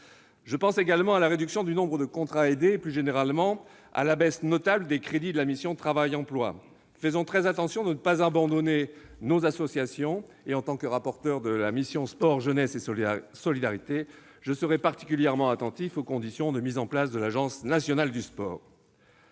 Je pense également à la réduction du nombre de contrats aidés et, plus généralement, à la baisse notable des crédits de la mission « Travail et emploi ». Faisons très attention à ne pas abandonner nos associations ! En tant que rapporteur de la mission « Sport, jeunesse et solidarité », je serai particulièrement attentif aux conditions de la mise en place de l'Agence nationale du sport,